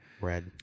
Red